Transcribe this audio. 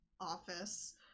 office